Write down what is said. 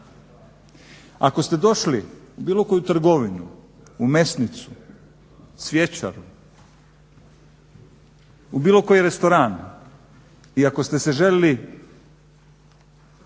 Ako ste došli u bilo koju trgovinu, u mesnicu, cvjećaru, u bilo koji restoran i ako ste se žalili